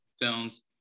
films